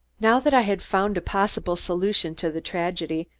now that i had found a possible solution to the tragedy,